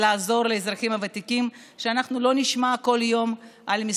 אנחנו הולכים נורא